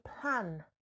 plan